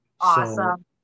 Awesome